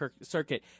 Circuit